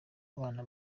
abana